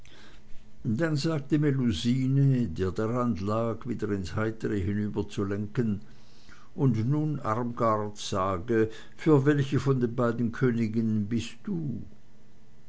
dann sagte melusine der daran lag wieder ins heitere hinüberzulenken und nun armgard sage für welche von den beiden koniginnen bist du